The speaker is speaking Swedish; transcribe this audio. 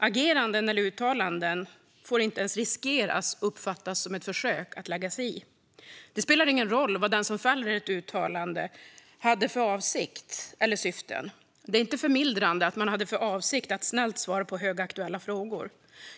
Ageranden eller uttalanden får inte ens riskera att uppfattas som ett försök att lägga sig i. Det spelar ingen roll vad den som fäller ett uttalande hade för avsikt eller syfte, och det är inte förmildrande om man hade för avsikt att snällt svara på högaktuella frågor.